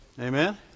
Amen